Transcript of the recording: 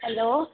hello